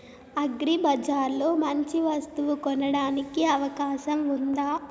అగ్రిబజార్ లో మంచి వస్తువు కొనడానికి అవకాశం వుందా?